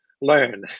learn